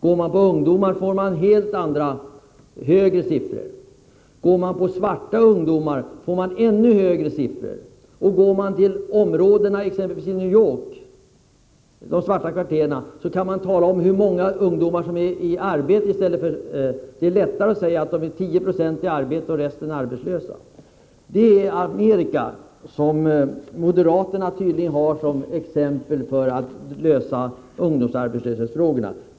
För ungdomar gäller mycket högre siffror, och för svarta ungdomar ännu högre. I t.ex. de svarta kvarteren i New York är det lättare att tala om hur många ungdomar som är i arbete, nämligen 10 96, medan resten är arbetslösa. Sådana är förhållandena i USA, som moderaterna tydligen ser som föredöme när det gäller att lösa ungdomsarbetslöshetsfrågorna.